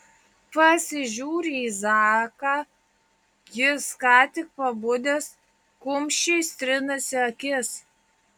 pasižiūriu į zaką jis ką tik pabudęs kumščiais trinasi akis